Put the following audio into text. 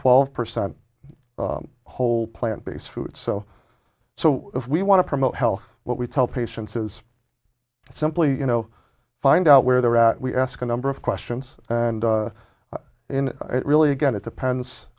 twelve percent whole plant based food so so if we want to promote health what we tell patients is simply you know find out where they're at we ask a number of questions and really again it depends